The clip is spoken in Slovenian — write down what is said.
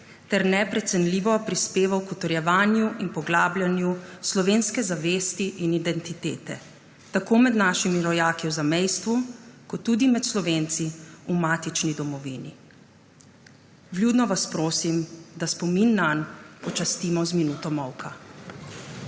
ter neprecenljivo prispeval k utrjevanju in poglabljanju slovenske zavesti in identitete, tako med našimi rojaki v zamejstvu kot tudi med Slovenci v matični domovini. Vljudno vas prosim, da spomin nanj počastimo z minuto molka.